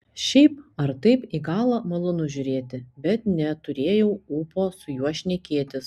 šiaip ar taip į galą malonu žiūrėti bet neturėjau ūpo su juo šnekėtis